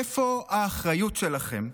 איפה האחריות שלכם?